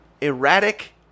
erratic